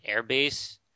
airbase